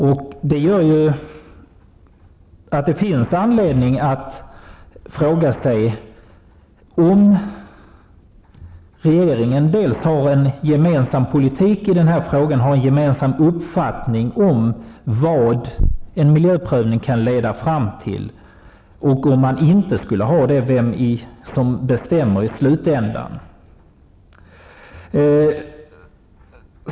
Det gör ju att det finns anledning att fråga sig om regeringen har en gemensam politik i den här frågan och om man har en gemensam uppfattning om vad en miljöprövning kan leda fram till. Om man inte skulle ha det, vem är det då som bestämmer i slutändan?